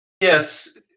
Yes